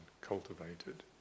cultivated